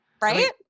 Right